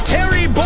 Terry